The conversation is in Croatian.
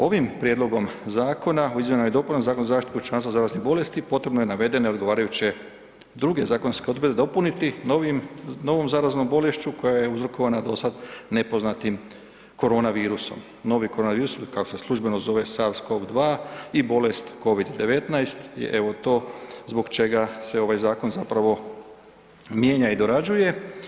Ovim prijedlogom Zakona o izmjenama i dopunama Zakona o zaštiti pučanstva zaraznih bolesti potrebno je navedene odgovarajuće druge zakonske odredbe dopuniti novim, novom zaraznom bolešću koja je uzrokovana dosad nepoznatim koronavirusom, novi koronavirus kako se službeno zove SARS cod 2 i bolest COVID-19, evo to zbog čega se ovaj zakon zapravo mijenja i dorađuje.